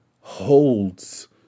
holds